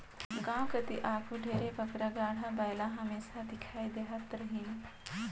गाँव कती आघु ढेरे बगरा गाड़ा बइला हमेसा दिखई देहत रहिन